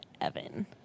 evan